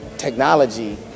technology